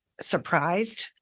surprised